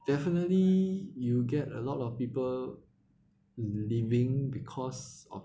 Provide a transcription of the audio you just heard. definitely you get a lot of people leaving because of